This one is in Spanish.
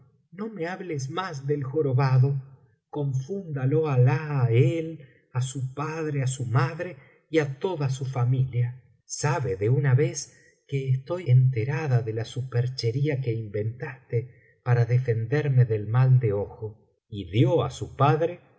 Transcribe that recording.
no me hables más del jorobado confúndalo alah á él á su padre á su madre y á toda su familia sabe de una vez que estoy enterada de la superchería que inventaste para defenderme del mal de ojo y dio á su padre